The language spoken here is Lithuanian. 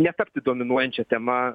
netapti dominuojančia tema